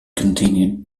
continued